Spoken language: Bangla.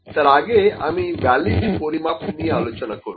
তার আগে আমি ভ্যালিড পরিমাপ নিয়ে আলোচনা করব